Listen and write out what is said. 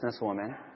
businesswoman